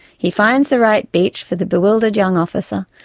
he finds the right beach for the bewildered young officer,